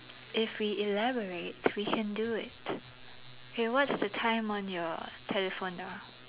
if we elaborate we can do it okay what's the time on your telephone ah